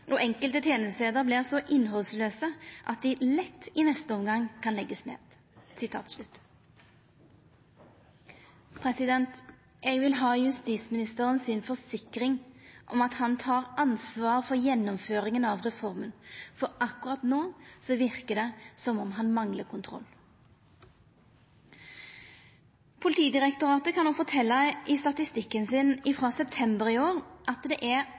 og enkelte tjenestesteder blir så innholdsløse at de lett i neste omgang kan legges ned». Eg vil ha forsikring frå justisministeren om at han tek ansvar for gjennomføringa av reforma, for akkurat no verkar det som om han manglar kontroll. Politidirektoratet kan i statistikken sin frå september i år fortelja at det er